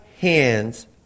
hands